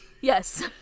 Yes